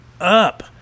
up